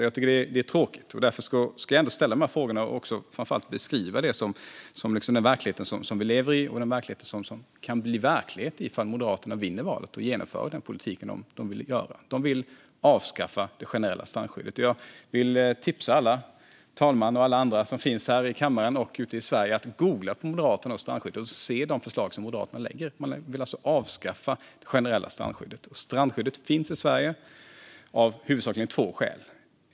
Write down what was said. Jag tycker att det är tråkigt, och därför ska jag ändå ställa de här frågorna och framför allt beskriva den verklighet vi lever i och den verklighet vi kan få om Moderaterna vinner valet och genomför den politik de vill ha. De vill avskaffa det generella strandskyddet. Jag vill tipsa fru talmannen och alla andra som finns här i kammaren och ute i Sverige om att googla på Moderaterna och strandskyddet och se de förslag som Moderaterna lägger. Man vill alltså avskaffa det generella strandskyddet. Strandskyddet finns i Sverige av huvudsakligen två skäl.